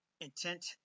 intent